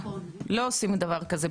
לא עושים דבר כזה,